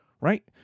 Right